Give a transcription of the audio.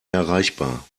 erreichbar